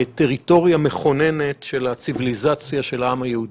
טריטוריה מכוננת של הציוויליזציה של העם היהודי.